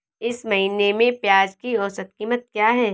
इस महीने में प्याज की औसत कीमत क्या है?